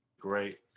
great